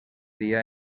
dia